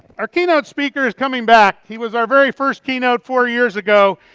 our keynote speaker's coming back. he was our very first keynote four years ago.